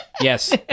yes